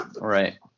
Right